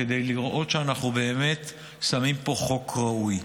כדי לראות שאנחנו באמת שמים פה חוק ראוי.